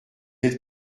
êtes